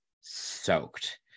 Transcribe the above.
soaked